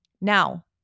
Now